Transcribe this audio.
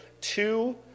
Two